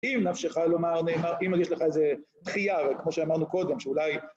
אם נפשך לומר, אם מרגיש לך איזו דחייה, וכמו שאמרנו קודם, שאולי...